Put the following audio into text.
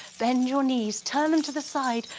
bend your knees turn them to the side,